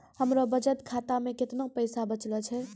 हमरो बचत खाता मे कैतना पैसा बचलो छै?